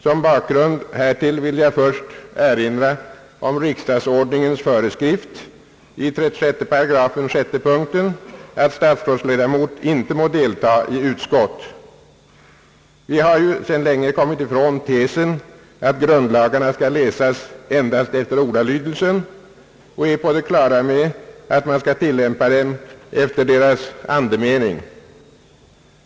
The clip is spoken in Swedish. Som bakgrund härtill vill jag först erinra om riksdagsordningens föreskrift i 36 §, punkt 6, att statsrådsledamot inte må delta i utskott. Vi har ju för länge sedan kommit ifrån tesen att grundlagarna skall läsas endast efter ordalydelsen och är på det klara med att man skall tillämpa dem efter deras andemening.